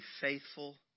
faithful